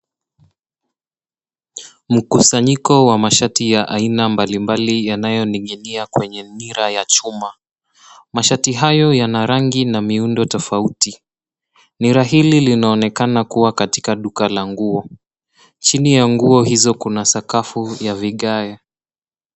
Mkusanyiko wa mashati ya aina mbalimbali yanayoning'inia kwenye nira ya chuma. Mashati hayo yana rangi na miundo tofauti. Nira hili linaonekana kuwa katika duka la nguo. Chini ya nguo hizo kuna sakafu ya vigae.